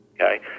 okay